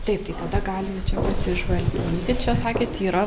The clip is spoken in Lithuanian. taip tai tada galim čia pasižvalgyti čia sakėt yra